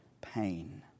pain